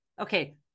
okay